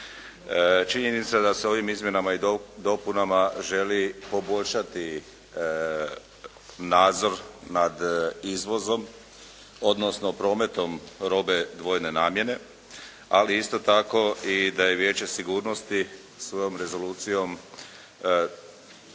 Činjenica je da se ovim izmjenama i dopunama želi poboljšati nadzor nad izvozom odnosno prometom robe dvojne namjene, ali isto tako i da je Vijeće sigurnosti svojom rezolucijom donijelo